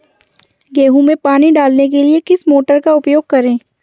गेहूँ में पानी डालने के लिए किस मोटर का उपयोग करें?